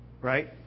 Right